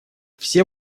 все